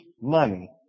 money